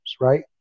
right